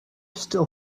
still